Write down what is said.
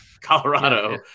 Colorado